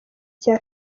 cya